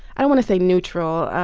i don't want to say neutral.